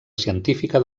científica